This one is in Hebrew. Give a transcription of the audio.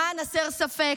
למען הסר ספק,